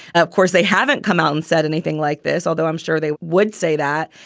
of course, they haven't come out and said anything like this, although i'm sure they would say that.